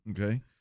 Okay